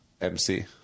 MC